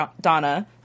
Donna